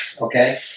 okay